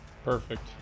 Perfect